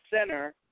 center